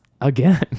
again